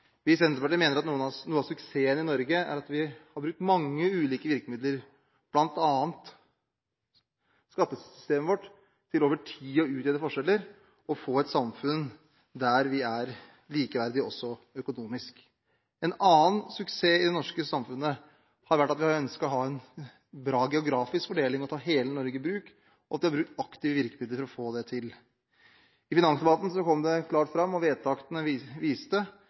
Vi i Senterpartiet mener at noe av suksessen i Norge er at vi har brukt mange ulike virkemidler, bl.a. skattesystemet vårt, til over tid å utjevne forskjeller og få et samfunn der vi er likeverdige også økonomisk. En annen suksess i det norske samfunnet har vært at vi har ønsket å ha en bra geografisk fordeling – å ta hele Norge i bruk – og at vi har brukt aktive virkemidler for å få det til. I finansdebatten kom det klart fram, og vedtakene viste